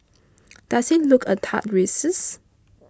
does it look a tad racist